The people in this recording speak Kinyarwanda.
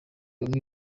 bamwe